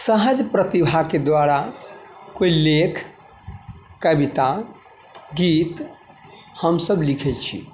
सहज प्रतिभाके द्वारा कोइ लेख कविता गीत हमसब लिखै छी